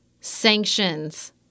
sanctions